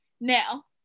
now